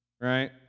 right